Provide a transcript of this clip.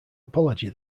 apology